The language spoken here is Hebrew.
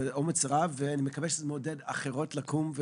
זה אומץ רב ואני מקווה שזה מעודד אחרות לקום,